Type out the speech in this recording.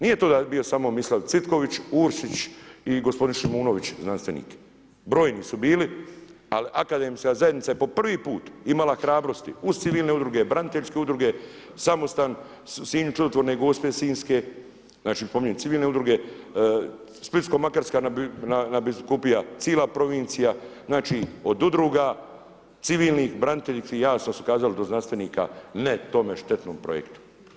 Nije to bio samo Mislav Cvitković, Uršić i gospodin Šimunović, znanstvenik, brojni su bili, ali akademska zajednica je po prvi put imala hrabrosti uz civilne udruge, braniteljske udruge samostan u Sinju čudotvorne gospe Sinjske, znači spominjem civilne udruge, Splitsko Makarska nadbiskupija, cijela provincija, znači od udruga, civilnih, branitelja i ja što smo kazali do znanstvenika, ne tome štetnom projektu.